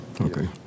Okay